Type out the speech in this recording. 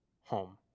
home